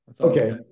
Okay